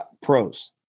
pros